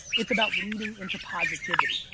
it's about leading into positivity.